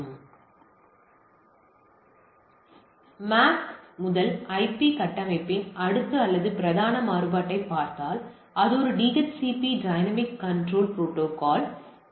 இந்த MAC முதல் IP கட்டமைப்பின் அடுத்த அல்லது பிரதான மாறுபாட்டைப் பார்த்தால் அது ஒரு DHCP dynamic host control protocol ஆகும்